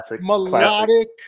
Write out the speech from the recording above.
melodic